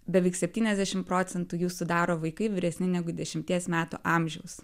beveik septyniasdešim procentų jų sudaro vaikai vyresni negu dešimties metų amžiaus